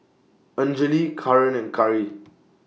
Anjali Kaaren and Karri